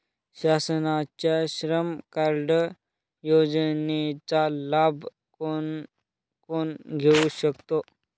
शासनाच्या श्रम कार्ड योजनेचा लाभ कोण कोण घेऊ शकतो?